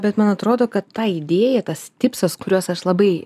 bet man atrodo kad ta idėja tas tipsas kuriuos aš labai